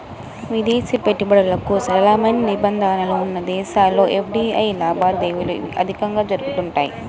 విదేశీ పెట్టుబడులకు సరళమైన నిబంధనలు ఉన్న దేశాల్లో ఎఫ్డీఐ లావాదేవీలు అధికంగా జరుగుతుంటాయి